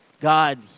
God